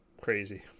crazy